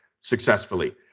successfully